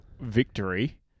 victory